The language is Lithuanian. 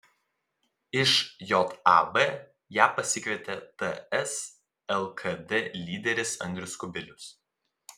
iš jav ją pasikvietė ts lkd lyderis andrius kubilius